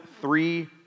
three